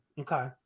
Okay